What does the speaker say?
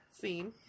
scene